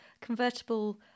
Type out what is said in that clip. convertible